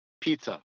pizza